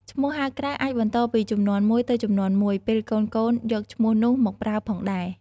ឈ្មោះហៅក្រៅអាចបន្តពីជំនាន់មួយទៅជំនាន់មួយ ពេលកូនៗយកឈ្មោះនោះមកប្រើផងដែរ។